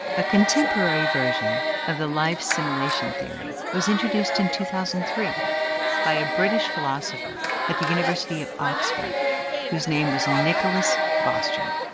a contemporary version of the life simulation theory was introduced in two thousand and three by a british philosopher at the university of oxford whose name was nicholas bostrom.